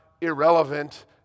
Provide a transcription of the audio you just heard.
irrelevant